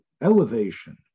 elevation